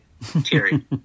Terry